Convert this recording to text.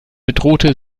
bedrohte